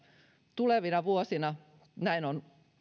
tulevina vuosina näin on